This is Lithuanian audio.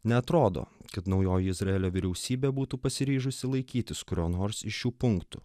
neatrodo kad naujoji izraelio vyriausybė būtų pasiryžusi laikytis kurio nors iš šių punktų